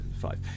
five